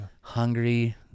hungry